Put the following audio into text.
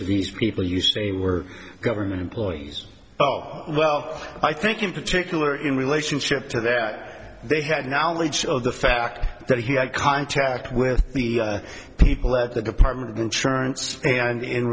to these people you say were government employees oh well i think in particular in relationship to their they had knowledge of the fact that he had contact with the people at the department of insurance and in